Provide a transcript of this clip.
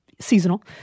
seasonal